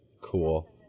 Cool